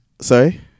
sorry